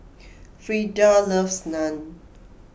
Frida loves Naan